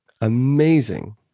amazing